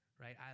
right